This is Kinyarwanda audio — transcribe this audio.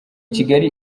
kigali